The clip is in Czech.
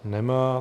Nemá.